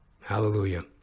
Hallelujah